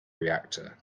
reactor